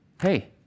Hey